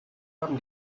haben